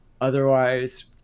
Otherwise